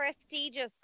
prestigious